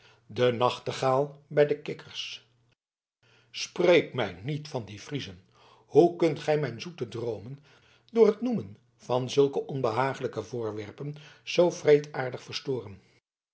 de nachtegaal bij de kikkers spreek mij niet van die friezen hoe kunt gij mijn zoete droomen door het noemen van zulke onbehaaglijke voorwerpen zoo wreedaardig verstoren